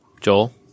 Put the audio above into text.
Joel